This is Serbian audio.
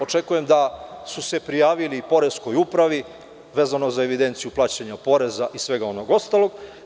Očekujem da su se prijavili poreskoj upravi vezano za evidenciju plaćanja poreza i svega ostalog.